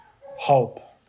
hope